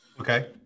Okay